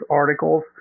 articles